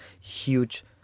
huge